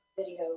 Video